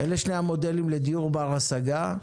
אלה שני המודלים לדיור בר השגה.